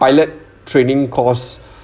pilot training course